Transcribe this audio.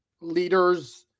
leaders